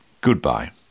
goodbye